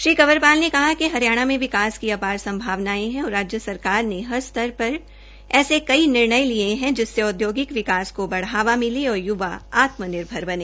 श्री कंवर पाल ने कहा कि हरियाणा में विकास की अपार संभावनायें है राज्य सरकार ने हर स्तर पर ऐसे कई निर्णय लिए है जिससे औद्योगिक विकास को बढ़ावा मिले और यूवा आत्म निर्भर बने